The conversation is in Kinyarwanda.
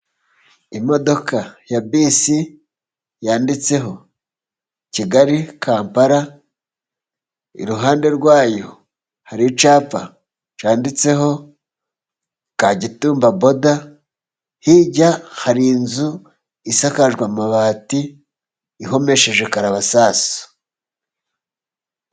Imodoka ya bisi yanditseho Kigali Kampala, iruhande rwayo hari icyapa cyanditseho Kagitumba boda, hirya hari inzu isakajwe amabati ihomesheje karabasasu.